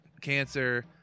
cancer